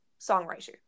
songwriter